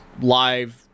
live